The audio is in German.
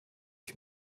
ich